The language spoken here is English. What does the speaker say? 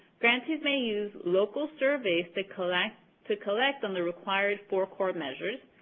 grantees may use local surveys to collect to collect on the required four core measures,